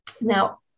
Now